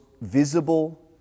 visible